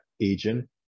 agent